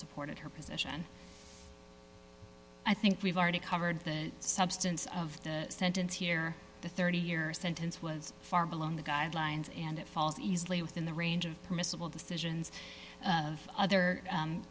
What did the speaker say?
supported her position i think we've already covered the substance of the sentence here the thirty year sentence was far below the guidelines and it falls easily within the range of permissible decisions of other